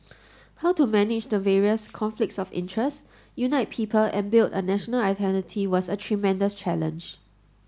how to manage the various conflicts of interest unite people and build a national identity was a tremendous challenge